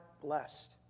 blessed